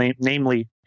namely